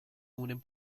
unen